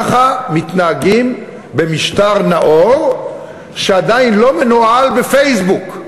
ככה מתנהגים במשטר נאור שעדיין לא מנוהל בפייסבוק.